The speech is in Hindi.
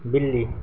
बिल्ली